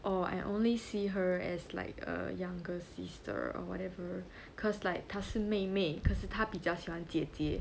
orh I only see her as like a younger sister or whatever cause like 她是妹妹可是他比较喜欢姐姐